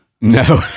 No